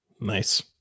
Nice